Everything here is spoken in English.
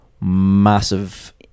massive